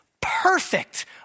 perfect